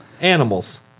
Animals